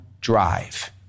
drive